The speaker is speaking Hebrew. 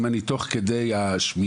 אם אני תוך כדי השמיעה,